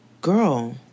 girl